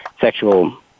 sexual